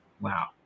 Wow